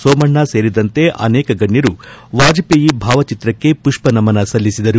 ಸೋಮಣ್ಣ ಸೇರಿದಂತೆ ಅನೇಕ ಗಣ್ಯರು ವಾಜಪೇಯಿ ಭಾವಚಿತ್ರಕ್ಕೆ ಪುಷ್ವ ನಮನ ಸಲ್ಲಿಸಿದರು